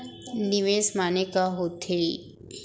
निवेश माने का होथे?